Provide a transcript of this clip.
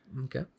Okay